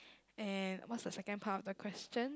and what's the second part of the question